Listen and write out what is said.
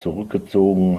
zurückgezogen